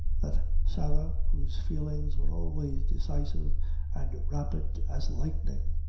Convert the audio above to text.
that sarah, whose feelings were always decisive and rapid as lightning,